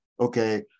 okay